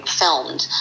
filmed